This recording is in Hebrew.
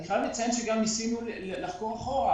אני חייב לציין שגם ניסינו לחקור אחורה,